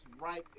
right